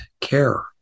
care